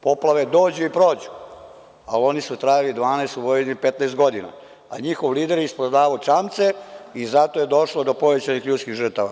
Poplave dođu i prođu, a oni su trajali 12, a u Vojvodini 15 godina, a njihov lider je prodao čamce i zato je došlo do povećanih ljudskih žrtava.